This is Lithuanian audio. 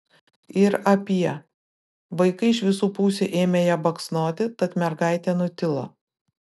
ir apie vaikai iš visų pusių ėmė ją baksnoti tad mergaitė nutilo